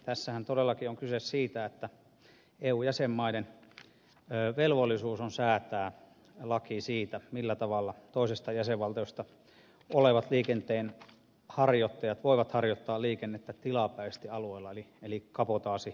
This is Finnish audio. tässähän todellakin on kyse siitä että eu jäsenmaiden velvollisuus on säätää laki siitä millä tavalla toisesta jäsenvaltiosta olevat liikenteenharjoittajat voivat harjoittaa liikennettä tilapäisesti alueella eli kabotaasiliikennettä